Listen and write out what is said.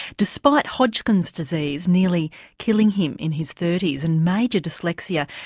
despite hodgkin's disease nearly killing him in his thirty s and major dyslexia,